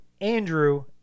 Andrew